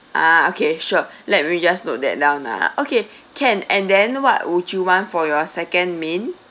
ah okay sure let me just note that down uh okay can and then what would you want for your second main